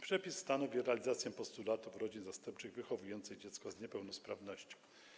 Przepis stanowi realizację postulatów rodzin zastępczych wychowujących dziecko z niepełnosprawnością.